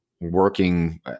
working